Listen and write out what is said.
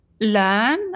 learn